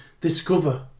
discover